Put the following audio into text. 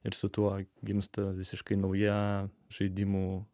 ir su tuo gimsta visiškai nauja žaidimų